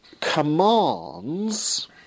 commands